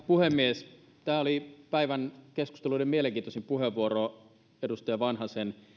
puhemies päivän keskusteluiden mielenkiintoisin puheenvuoro oli edustaja vanhasen